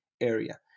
area